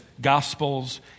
gospels